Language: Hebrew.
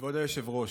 כבוד היושב-ראש,